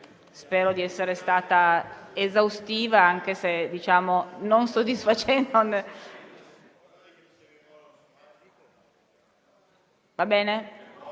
Spero di essere stata esaustiva, anche se non soddisfacente